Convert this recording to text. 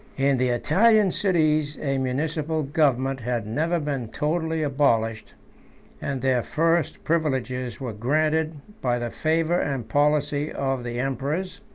in the italian cities a municipal government had never been totally abolished and their first privileges were granted by the favor and policy of the emperors,